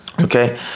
Okay